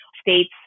States